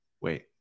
wait